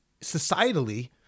societally